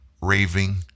raving